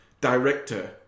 director